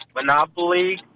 Monopoly